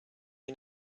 you